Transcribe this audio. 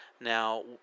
now